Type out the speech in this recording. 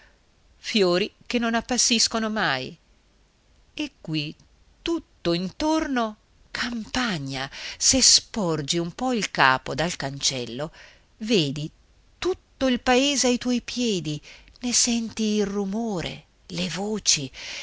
fiori che non appassiscono mai e qui tutt'intorno campagna se sporgi un po il capo dal cancello vedi tutto il paese ai tuoi piedi ne senti il rumore le voci